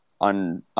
on